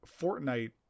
fortnite